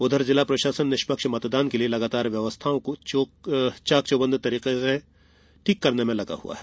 उधर जिला प्रशासन निष्पक्ष मतदान के लिये लगातार व्यवस्थाओं को चाक चौबंद तरीके रखने में लगा हुआ है